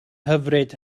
hyfryd